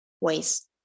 ways